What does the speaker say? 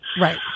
Right